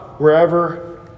Wherever